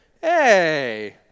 Hey